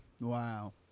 Wow